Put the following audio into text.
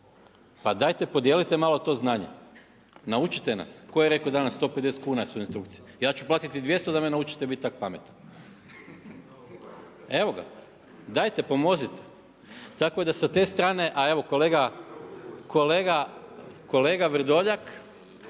Pa dajte podijelite malo to znanje, naučite nas. Ko je rekao danas 150 kuna su instrukcije, ja ću platiti i 200 da me naučite biti tako pametan. Evo ga, dajte pomozite. Tako da sa te strane a evo kolega Vrdoljak